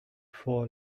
fall